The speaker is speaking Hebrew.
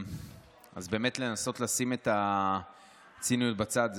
אז באמת צריך לנסות לשים את הציניות בצד.